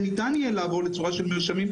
וניתן יהיה לעבור לצורה של מרשמים,